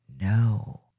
No